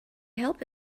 help